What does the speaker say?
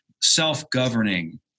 self-governing